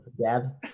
dab